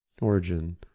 Origin